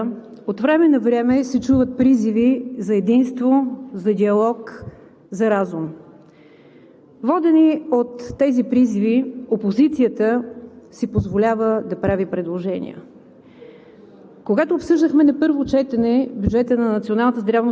доволно е разнопосочното говорене в условията на тази криза. От време на време се чуват призиви за единство, за диалог, за разум и водени от тези призиви, опозицията си позволява да прави предложения.